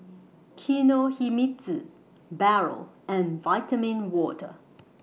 Kinohimitsu Barrel and Vitamin Water